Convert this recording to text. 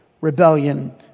rebellion